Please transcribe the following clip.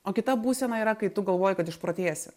o kita būsena yra kai tu galvoji kad išprotėsi